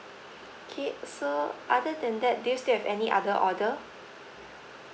okay so other than that do you still have any other order